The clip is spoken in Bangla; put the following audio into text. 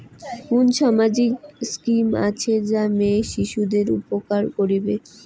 কুন সামাজিক স্কিম আছে যা মেয়ে শিশুদের উপকার করিবে?